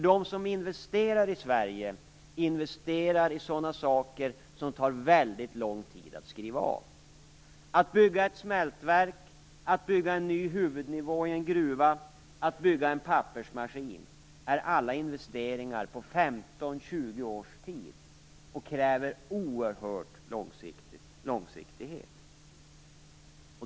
De som investerar i Sverige investerar i sådana saker som tar lång tid att skriva av. Att bygga ett smältverk, att bygga en ny huvudnivå i en gruva, att bygga en pappersmaskin är alla investeringar på 15-20 års sikt och kräver oerhörd långsiktighet.